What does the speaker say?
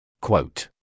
Quote